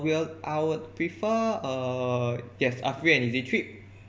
we'll I would prefer uh yes a free and easy trip